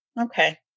Okay